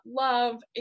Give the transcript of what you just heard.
love